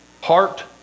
heart